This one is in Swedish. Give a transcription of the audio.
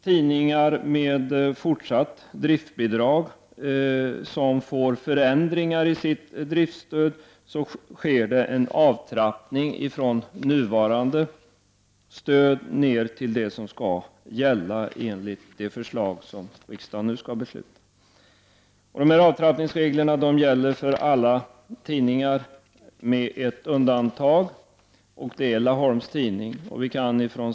Tidningar med fortsatt driftsbidrag får vidkännas en avtrappning från nuvarande stöd ned till det stöd som skall gälla enligt det förslag som riksdagen nu skall fatta beslut om. Dessa avtrappningsregler gäller för alla tidningar med ett undantag, och det är Laholms Tidning.